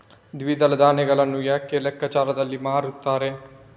ದ್ವಿದಳ ಧಾನ್ಯಗಳನ್ನು ಯಾವ ಲೆಕ್ಕಾಚಾರದಲ್ಲಿ ಮಾರ್ತಾರೆ?